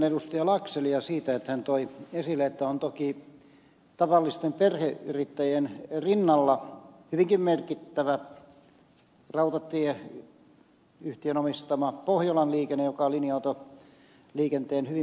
laxellia siitä että hän toi esille että toki tavallisten perheyrittäjien rinnalla on myös hyvin merkittävä rautatieyhtiön omistama pohjolan liikenne joka on linja autoliikenteen hyvin merkittävä toimija